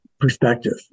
perspective